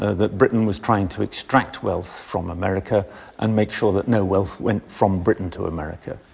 that britain was trying to extract wealth from america and make sure that no wealth went from britain to america.